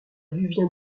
devient